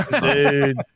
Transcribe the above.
Dude